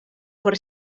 por